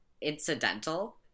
incidental